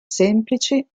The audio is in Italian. semplici